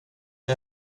men